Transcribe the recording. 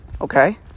Okay